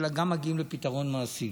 אלא גם מגיעים לפתרון מעשי.